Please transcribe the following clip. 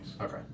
Okay